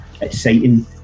exciting